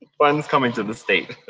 funds coming to the state.